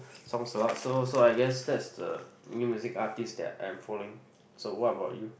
songs a lot so so I guess that's the new music artist that I'm following so what about you